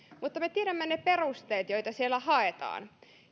mutta me tiedämme ne perusteet joita siellä haetaan